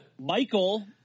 michael